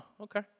okay